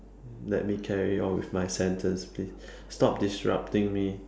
let me carry on with my sentence please stop disrupting me